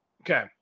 Okay